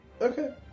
Okay